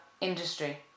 industry